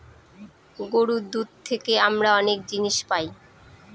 গরুর দুধ থেকে আমরা অনেক জিনিস পায়